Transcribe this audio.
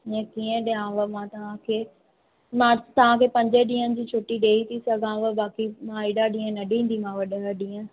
हीअं कीअं ॾियांव मां तव्हांखे मां तव्हांखे पंज ॾींहनि जी छुट्टी ॾेई थी सघांव बाक़ी मां हेॾा ॾींहं न ॾींदीमांव ॾह ॾींहं